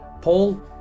Paul